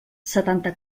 setanta